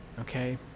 okay